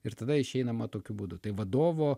ir tada išeinama tokiu būdu tai vadovo